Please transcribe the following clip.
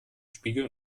spiegel